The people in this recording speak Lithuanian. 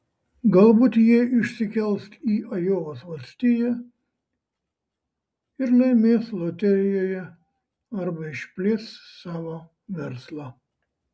galbūt jie išsikels į ajovos valstiją ir laimės loterijoje arba išplės savo verslą